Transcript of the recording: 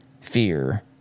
fear